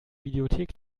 videothek